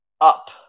up